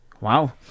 wow